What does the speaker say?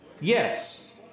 Yes